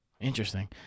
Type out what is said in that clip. Interesting